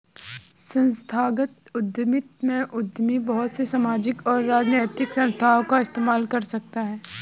संस्थागत उद्यमिता में उद्यमी बहुत से सामाजिक और राजनैतिक संस्थाओं का इस्तेमाल कर सकता है